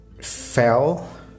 fell